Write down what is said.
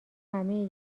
همه